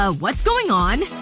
ah what's going on?